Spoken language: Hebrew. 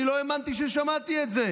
אני לא האמנתי כששמעתי את זה.